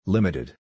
Limited